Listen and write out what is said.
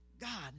God